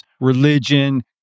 religion